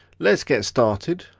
let's get started.